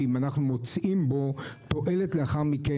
ואם אנחנו מוצאים בו תועלת לאחר מכן